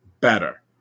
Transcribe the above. better